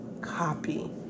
copy